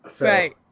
Right